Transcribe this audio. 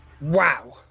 Wow